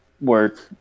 work